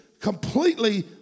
completely